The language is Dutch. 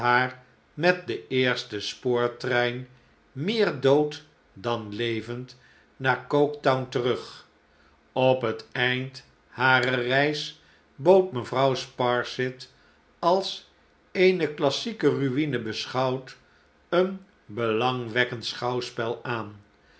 met den eersten spoortrein meer dood dan levend naar coketown terug op het eind harer reis bood mevrouw sparsit als eene slassieke ruine beschouwd een belangwekkend schouwspel aan